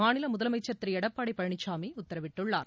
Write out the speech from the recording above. மாநில முதலமைச்சர் திரு எடப்பாடி பழனிசாமி உத்தரவிட்டுள்ளார்